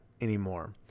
anymore